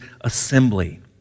assembly